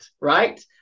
right